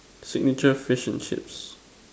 signature fish and chips